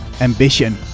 Ambition